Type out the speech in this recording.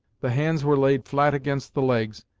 the hands were laid flat against the legs,